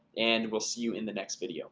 and we'll see you in the next video